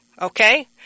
Okay